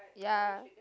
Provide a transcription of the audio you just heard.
ya